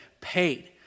paid